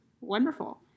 wonderful